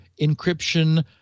encryption